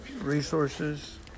resources